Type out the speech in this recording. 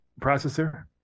processor